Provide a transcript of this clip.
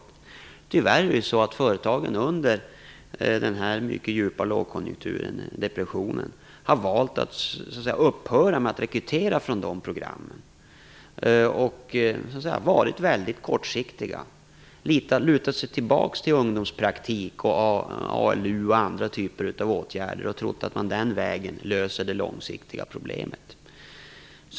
Tyvärr har företagen under den mycket djupa lågkonjunkturen, depressionen, valt att upphöra med att rekrytera från nämnda program. De har varit väldigt kortsiktiga och lutat sig mot ungdomspraktiken, ALU och andra typer av åtgärder. Vidare har de trott att man den vägen löser de långsiktiga problemen.